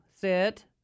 Sit